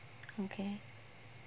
okay